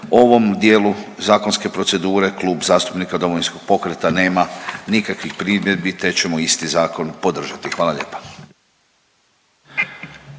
ovom dijelu zakonske procedure Klub zastupnika Domovinskog pokreta nema nikakvih primjedbi te ćemo isti zakon podržati. Hvala lijepa.